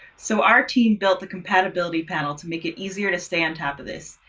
so our team built the compatibility panel to make it easier to stay on top of this.